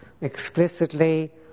explicitly